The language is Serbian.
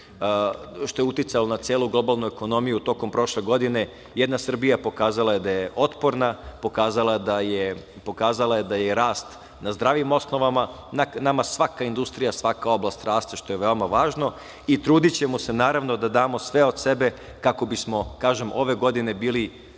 što je uticalo na celu globalnu ekonomiju tokom prošle godine, jedna Srbija pokazala je da je otporna, pokazala je da je rast na zdravim osnovama. Nama svaka industrija, svaka oblast raste, što je veoma važno i trudićemo se naravno da damo sve od sebe kako bismo, kažem, ove godine bili